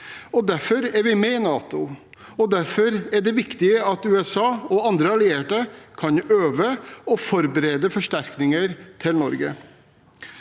Derfor er vi med i NATO, og derfor er det viktig at USA og andre allierte kan øve og forberede forsterkninger til Norge.